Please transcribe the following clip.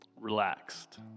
Relaxed